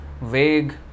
vague